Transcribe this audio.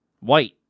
White